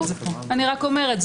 אני רק אומרת,